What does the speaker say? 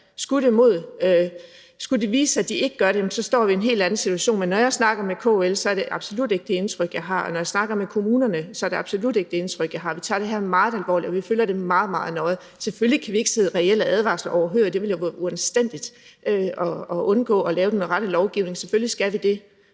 Skulle det vise sig, at de ikke gør det, så vi står i en helt anden situation. Men når jeg snakker med KL, er det absolut ikke det indtryk, jeg har, og når jeg snakker med kommunerne, er det absolut ikke det indtryk, jeg har, og vi tager det her meget alvorligt, og vi følger det meget, meget nøje. Selvfølgelig kan vi ikke sidde reelle advarsler overhørig, det ville jo være uanstændigt at undgå at lave den rette lovgivning, for selvfølgelig skal vi det.